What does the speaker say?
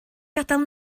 gadael